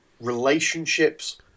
relationships